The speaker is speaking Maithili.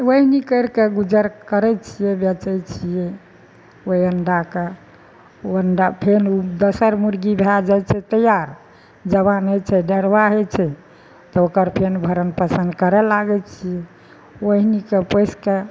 ओहना कैरि कऽ गुजर करै छियै बेचै छियै ओहि अंडाके ओ अंडा फेर ओ दोसर मुर्गी भए जाइ छै तैयार जवान होइ छै ढेरबा होइ छै तऽ ओकर फेर भरण पोषण करए लागै छियै ओहनाके पोसिके